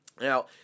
Now